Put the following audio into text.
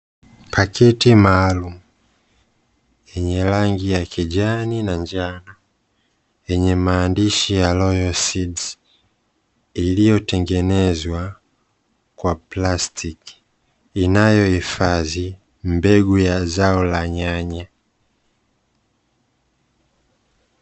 Pakiti maalumu yenye rangi ya kijani na njano, yenye maandishi ya "royal seeds", iliyotengeneza kwa plastiki inayohifadhi mbegu ya zao la nyanya.